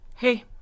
Hey